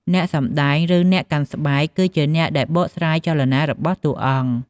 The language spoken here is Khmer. អ្នកសម្តែង ឬ អ្នកកាន់ស្បែក គឺជាអ្នកដែលបកស្រាយចលនារបស់តួអង្គ។